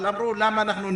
אבל אמרו: לא אנחנו ניקח